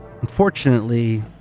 Unfortunately